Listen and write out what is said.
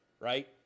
right